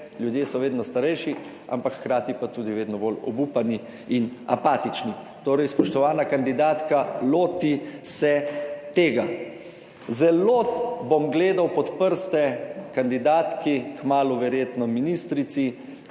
ljudje so vedno starejši, ampak hkrati pa tudi vedno bolj obupani in apatični. Torej spoštovana kandidatka loti se tega zelo bom gledal pod prste kandidatki kmalu verjetno ministrici